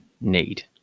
need